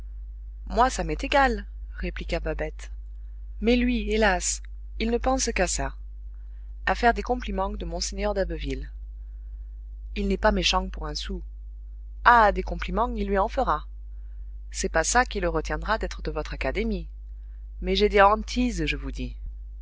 moi ça m'est égal répliqua babette mais lui hélas il ne pense qu'à ça a faire des compliments de mgr d'abbeville il n'est pas méchant pour un sou ah des compliments il lui en fera c'est pas ça qui le retiendra d'être de votre académie mais j'ai des hantises je vous dis